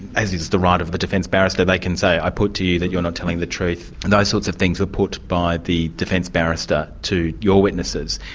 as is the right of the defence barrister, they can say i put to you that you're not telling the truth, and those sorts of things were put by the defence barrister to your witnesses.